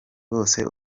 bose